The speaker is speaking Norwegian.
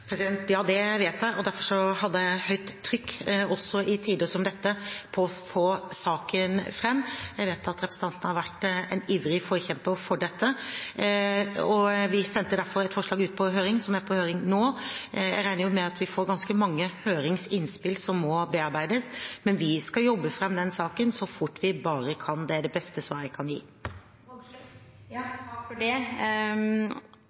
Ja, det vet jeg, og derfor hadde jeg høyt trykk – også i tider som dette – på å få saken frem. Jeg vet at representanten har vært en ivrig forkjemper for dette. Vi sendte derfor et forslag ut på høring, som er på høring nå. Jeg regner med at vi får ganske mange høringsinnspill, som må bearbeides, men vi skal jobbe frem den saken så fort vi bare kan. Det er det beste svar jeg kan